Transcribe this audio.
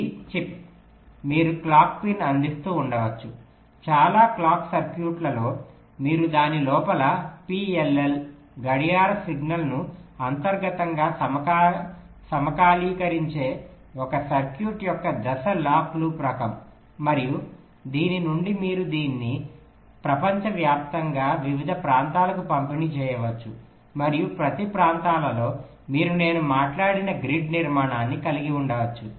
ఇది చిప్ మీరు clock pin అందిస్తూ ఉండవచ్చు చాలా క్లాక్ సర్క్యూట్లలో మీకు దాని లోపల PLL గడియార సిగ్నల్ను అంతర్గతంగా సమకాలీకరించే ఒక సర్క్యూట్ యొక్క దశ లాక్ లూప్ రకం మరియు దీని నుండి మీరు దీన్ని ప్రపంచవ్యాప్తంగా వివిధ ప్రాంతాలకు పంపిణీ చేయవచ్చు మరియు ప్రతి ప్రాంతాలలో మీరు నేను మనట్లాడిన గ్రిడ్ నిర్మనణాన్ని కలిగి ఉండవచ్చు